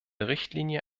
richtlinie